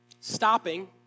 stopping